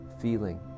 feeling